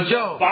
Joe